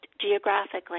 geographically